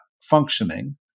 functioning